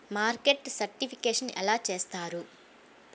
Market certification ఎలా చేస్తారు?